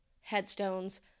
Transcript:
headstones